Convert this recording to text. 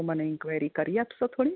મને ઈન્કવાયરી કરી આપશો થોડી